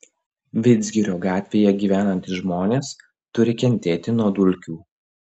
vidzgirio gatvėje gyvenantys žmonės turi kentėti nuo dulkių